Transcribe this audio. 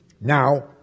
Now